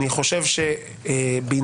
אני אומר שאם הוא